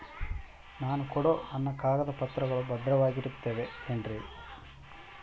ನಾನು ಕೊಡೋ ನನ್ನ ಕಾಗದ ಪತ್ರಗಳು ಭದ್ರವಾಗಿರುತ್ತವೆ ಏನ್ರಿ?